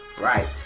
Right